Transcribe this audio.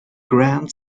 grand